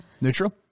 Neutral